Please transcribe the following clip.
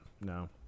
No